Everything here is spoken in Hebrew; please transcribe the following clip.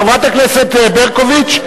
חברת הכנסת ברקוביץ,